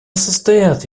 состоят